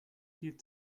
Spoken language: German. viel